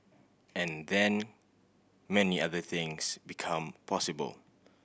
and then many other things become possible